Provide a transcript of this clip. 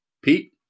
Pete